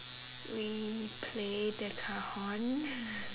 we play the cajon